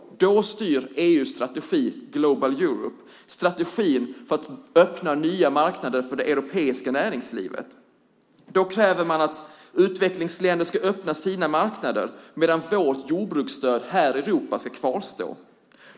Då styr EU:s strategi Global Europe som är en strategi för att öppna nya marknader för det europeiska näringslivet. Då kräver man att utvecklingsländer ska öppna sina marknader medan vårt jordbruksstöd här i Europa ska kvarstå.